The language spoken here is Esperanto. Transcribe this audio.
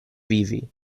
vivi